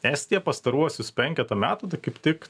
estija pastaruosius penketą metų tai kaip tik